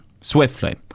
Swiftly